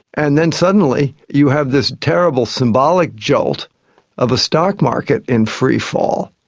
and then suddenly you have this terrible symbolic jolt of a stock market in freefall,